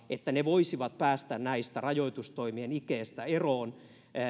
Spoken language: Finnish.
että ne voisivat päästä näiden rajoitustoimien ikeestä eroon